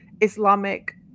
Islamic